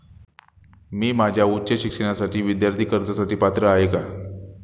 मी माझ्या उच्च शिक्षणासाठी विद्यार्थी कर्जासाठी पात्र आहे का?